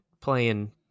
playing